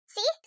See